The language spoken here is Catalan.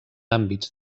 àmbits